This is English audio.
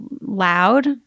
loud